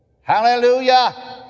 Hallelujah